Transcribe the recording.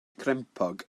crempog